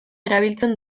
erabiltzen